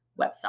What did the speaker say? website